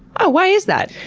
oh, why is that?